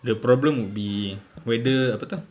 the problem would be whether apa tu